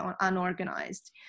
unorganized